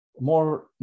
more